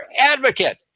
advocate